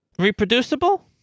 Reproducible